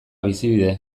bizibide